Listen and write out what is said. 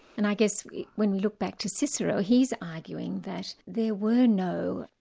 and i guess when you look back to cicero he's arguing that there were no,